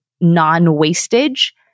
non-wastage